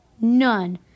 None